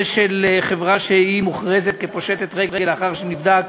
של חברה שמוכרזת כפושטת רגל לאחר שנבדק,